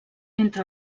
entre